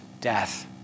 death